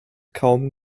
kaum